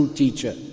teacher